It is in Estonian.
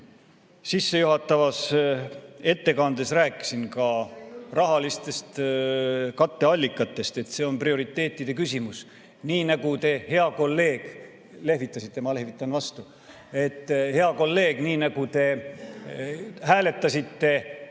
sissejuhatavas ettekandes rääkisin ka rahalistest katteallikatest, et see on prioriteetide küsimus. Nii nagu te, hea kolleeg – lehvitasite, ma lehvitan vastu –, hääletasite